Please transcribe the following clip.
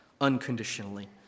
unconditionally